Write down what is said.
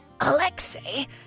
Alexei